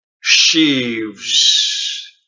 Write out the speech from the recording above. sheaves